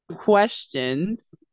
questions